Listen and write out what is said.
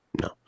no